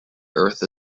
earth